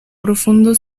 profundo